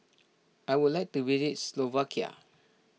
I would like to visit Slovakia